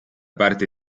parte